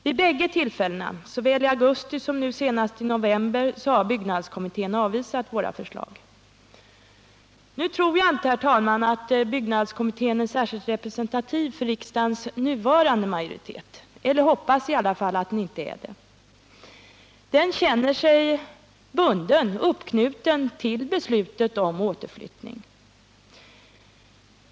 Vid bägge tillfällena, såväl i augusti som nu senast i november, avvisade byggnadskommittén våra förslag. Nu tror jag inte, herr talman, att byggnadskommittén är särskilt representativ för riksdagens nuvarande majoritet, jag hoppas i alla fall att den inte är det. Den känner sig bunden vid beslutet om återflyttning.